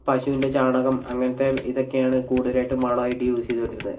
പശൂൻറെ ചാണകം അങ്ങനത്തെ ഇതൊക്കെയാണ് കൂടുതലായിട്ടും വളമായിട്ട് യൂസ് ചെയ്തു കൊണ്ടിരുന്നത്